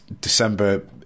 december